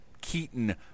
Keaton